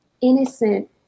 innocent